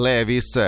Levis